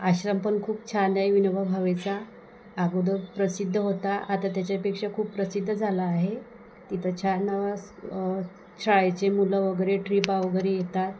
आश्रम पण खूप छान आहे विनोबा भावेचा अगोदर प्रसिद्ध होता आता त्याच्यापेक्षा खूप प्रसिद्ध झाला आहे तिथं छान स शाळेचे मुलं वगैरे ट्रीपा वगैरे येतात